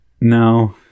No